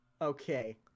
Okay